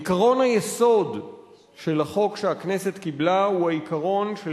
עקרון היסוד של החוק שהכנסת קיבלה הוא העיקרון של